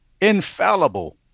infallible